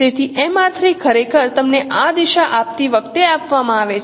તેથી ખરેખર તમને આ દિશા આપતી વખતે આપવામાં આવે છે